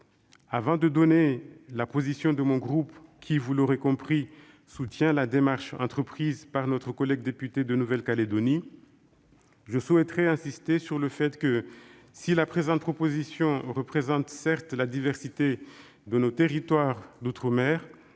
Avant de donner la position de mon groupe, qui, vous l'aurez compris, soutient la démarche entreprise par notre collègue député de Nouvelle-Calédonie, je souhaite insister sur le fait que, si la présente proposition représente la diversité de nos territoires d'outre-mer,